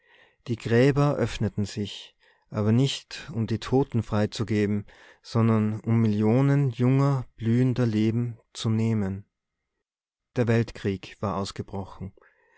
die gräber öffneten sich aber nicht um die toten freizugeben sondern um millionen junger blühender leben zu nehmen der weltkrieg war ausgebrochen